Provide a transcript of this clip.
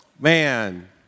Man